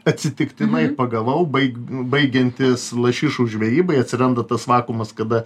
atsitiktinai pagavau baig baigiantis lašišų žvejybai atsiranda tas vakuumas kada